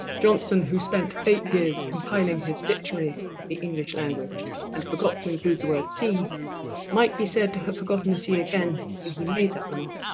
johnson who spent eight years compiling his victory of the english language and forgot to include the word sea might be said to have forgotten to sea again when he made that remark.